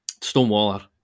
Stonewaller